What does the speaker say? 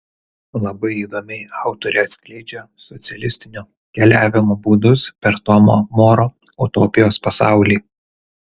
labai įdomiai autorė atskleidžia socialistinio keliavimo būdus per tomo moro utopijos pasaulį